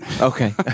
Okay